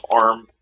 arm